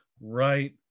right